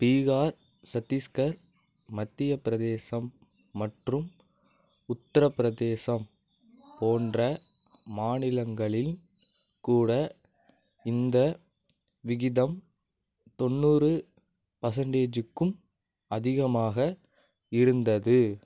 பீகார் சத்தீஸ்கர் மத்தியப் பிரதேசம் மற்றும் உத்ரப்பிரதேசம் போன்ற மாநிலங்களில் கூட இந்த விகிதம் தொண்ணூறு பர்ஸண்டேஜூக்கும் அதிகமாக இருந்தது